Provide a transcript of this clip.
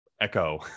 echo